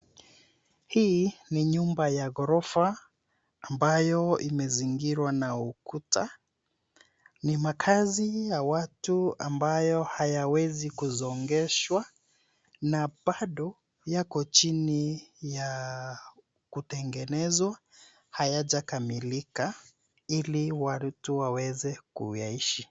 Hii ni nyumba ya ghorofa ambayo imezingirwa na ukuta. Ni makazi ya watu ambayo hayawezi kusongeshwa na bado yako chini ya kutengenezwa, hayajakamilika ili watu waweze kuyaishi.